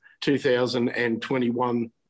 2021